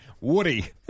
Woody